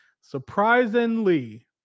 surprisingly